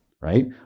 right